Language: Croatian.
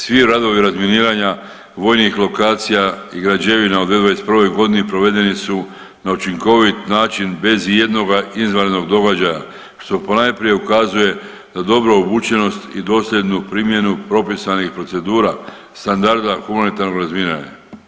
Svi radovi razminiranja vojnih lokacija i građevina u 2021. godini provedeni su na učinkovit način bez i jednoga izvanrednog događaja što ponajprije ukazuje na dobru obučenost i dosljednu primjenu propisanih procedura standarda humanitarnog razminiranja.